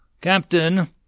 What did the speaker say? Captain